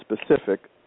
specific